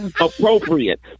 appropriate